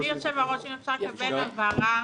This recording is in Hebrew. אדוני יושב-הראש, אם אפשר לקבל הבהרה